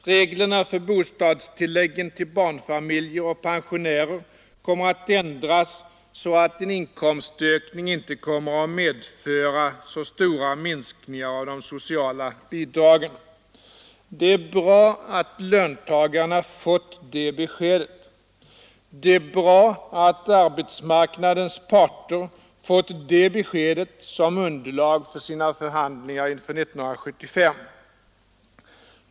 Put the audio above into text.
Reglerna för bostadstilläggen till barnfamiljer och pensionärer kommer att ändras så att en inkomstökning inte kommer att medföra så stora minskningar av de sociala bidragen. Det är bra att löntagarna har fått det beskedet. Det är bra att arbetsmarknadens parter fått det beskedet som underlag för sina förhandlingar inför 1975.